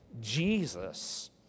Jesus